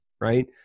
Right